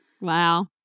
Wow